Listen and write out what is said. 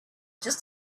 just